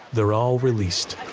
they're all released,